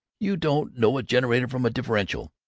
you don't know a generator from a differential.